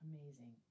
Amazing